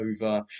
over